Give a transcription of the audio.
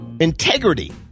Integrity